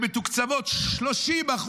שמתוקצבות ב-30%,